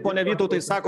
pone vytautai sako